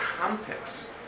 context